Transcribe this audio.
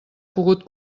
pogut